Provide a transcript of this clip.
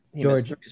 George